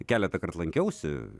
keletą kart lankiausi